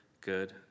good